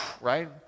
Right